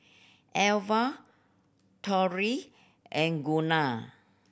Alva Torrey and Gunnar